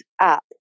app